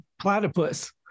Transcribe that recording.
Platypus